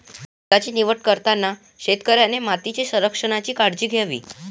पिकांची निवड करताना शेतकऱ्याने मातीच्या संरक्षणाची काळजी घ्यावी